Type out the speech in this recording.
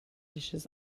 dishes